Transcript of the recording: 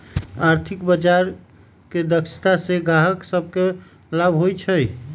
आर्थिक बजार के दक्षता से गाहक सभके लाभ होइ छइ